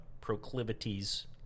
proclivities